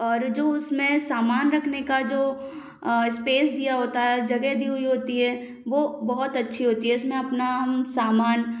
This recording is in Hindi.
और जो उसमें सामान रखने का जो इस्पेस दिया होता है जगह दी हुई होती है वो बहुत अच्छी होती है उसमें आपना हम सामान